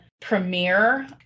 premiere